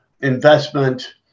investment